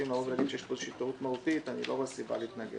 זה נכון במכלול של הדברים.